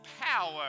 power